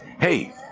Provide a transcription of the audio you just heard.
Hey